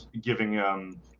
giving